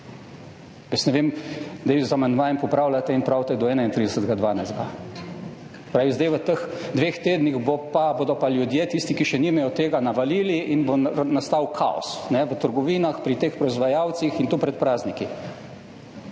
Jaz ne vem, zdaj z amandmajem popravljate in pravite do 31. 12. Pravi, zdaj v teh dveh tednih bo pa, bodo pa ljudje, tisti, ki še nimajo tega, navalili in bo nastal kaos, v trgovinah, pri teh proizvajalcih in to pred prazniki.